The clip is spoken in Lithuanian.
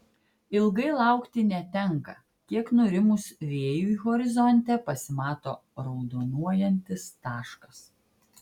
ilgai laukti netenka kiek nurimus vėjui horizonte pasimato raudonuojantis taškas